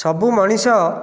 ସବୁ ମଣିଷ